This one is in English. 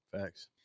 Facts